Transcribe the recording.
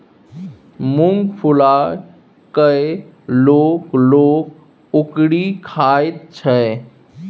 मुँग फुलाए कय लोक लोक ओकरी खाइत छै